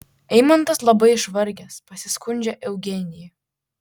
eimantas labai išvargęs pasiskundžia eugenija